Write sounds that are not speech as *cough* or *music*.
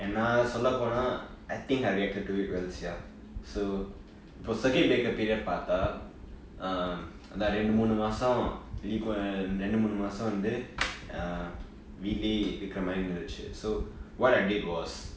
and நா சொல்ல பேனா:naa sola ponaa I think I reacted to it well sia so இப்பொ:ippo circuit breaker period பாத்தா:paathaa um அந்த இரண்டு மூனு மாசம்:antha rendu moonu maasam *noise* இரண்டு மூனு மாசம் வந்து வீட்டுலையை இருக்குர மாதிரி இருந்துச்சு:rendu moonu maasam vanthu veetlaiye irukra maathiri irunthuchu so what I did was